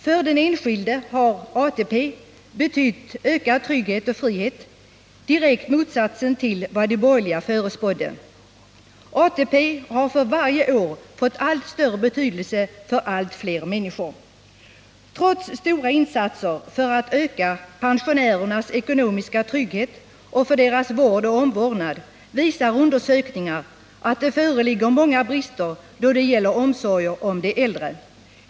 För den enskilde har ATP betytt ökad trygghet och frihet — direkt motsatsen till vad de borgerliga förespådde. ATP har för varje år fått allt större betydelse för allt fler människor. Trots stora insatser för att öka pensionärernas ekonomiska trygghet och för deras vård och omvårdnad visar undersökningar att det föreligger många brister då det gäller omsorgen om de äldre.